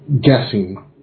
guessing